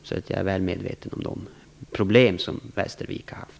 Jag är alltså väl medveten om de problem som Västervik har haft.